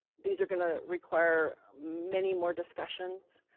these are gonna require many more discussions.